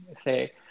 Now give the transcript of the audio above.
say